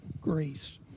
grace